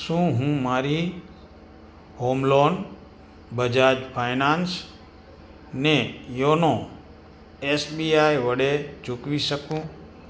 શું હું મારી હોમ લોન બજાજ ફાયનાન્સને યોનો એસબીઆઈ વડે ચૂકવી શકું